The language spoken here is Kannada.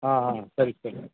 ಹಾಂ ಹಾಂ ಸರಿ ಸರಿ